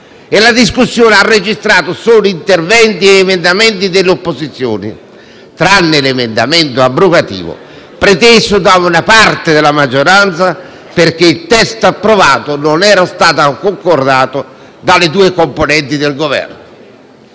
e la discussione ha registrato solo interventi e emendamenti dell'opposizione, fatta eccezione per l'emendamento abrogativo preteso da una parte della maggioranza, perché il testo approvato non era stato concordato dalle due componenti del Governo.